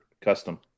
custom